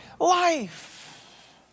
life